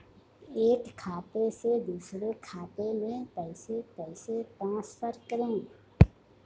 एक खाते से दूसरे खाते में पैसे कैसे ट्रांसफर करें?